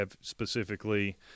specifically